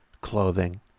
clothing